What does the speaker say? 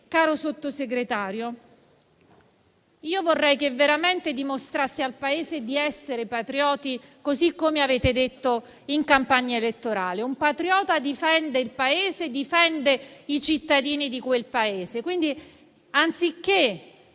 signor Sottosegretario, vorrei che veramente dimostraste al Paese di essere patrioti così come avete detto in campagna elettorale. Un patriota difende il Paese e i suoi cittadini; pertanto,